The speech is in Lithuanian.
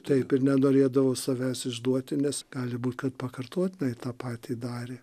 taip ir nenorėdavo savęs išduoti nes gali būt kad pakartotinai tą patį darė